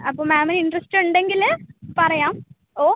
അപ്പോൾ മാമിന് ഇൻ്ററസ്റ്റ് ഉണ്ടെങ്കിൽ പറയാം ഓ